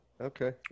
Okay